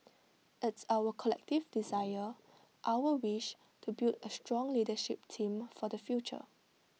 it's our collective desire our wish to build A strong leadership team for the future